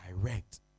direct